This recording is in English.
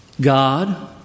God